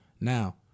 Now